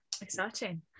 exciting